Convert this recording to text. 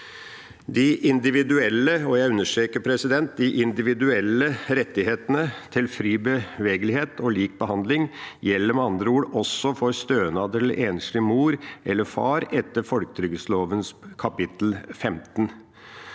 de individuelle – rettighetene til fri bevegelighet og lik behandling gjelder med andre ord også for stønad til enslig mor eller far etter folketrygdloven kapittel 15.